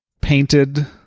painted